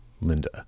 Linda